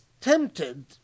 tempted